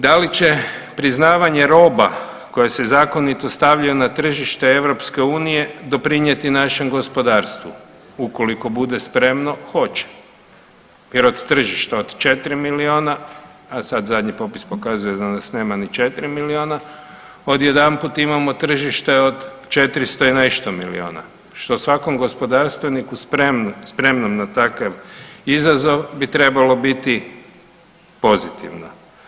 Da li će priznavanje roba koje se zakonito stavljaju na tržište EU doprinijeti našem gospodarstvu, ukoliko bude spremno, hoće jer od tržišta od 4 milijuna, a sad zadnji popis pokazuje da nas nema ni 4 milijuna, odjedanput imamo tržište od 400 i nešto milijuna, što svakom gospodarstveniku spremnom na takav izazov bi trebalo biti pozitivno.